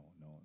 no